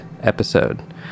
episode